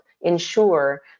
ensure